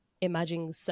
imagine